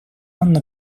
анна